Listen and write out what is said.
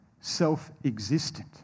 self-existent